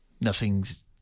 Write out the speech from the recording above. nothing's